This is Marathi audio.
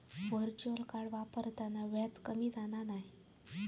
व्हर्चुअल कार्ड वापरताना व्याज कमी जाणा नाय